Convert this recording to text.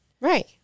Right